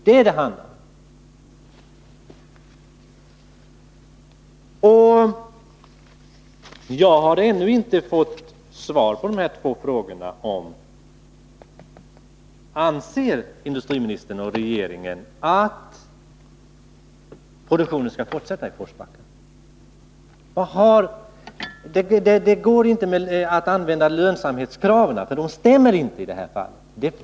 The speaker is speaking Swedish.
Det är vad det handlar om. Jag har ännu inte fått svar på mina två frågor. Anser industriministern och regeringen att produktionen skall fortsätta i Forsbacka? Det går inte att hänvisa till lönsamhetskravet, därför att det stämmer inte.